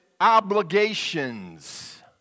obligations